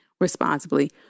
responsibly